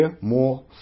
more